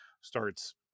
starts